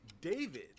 David